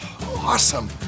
Awesome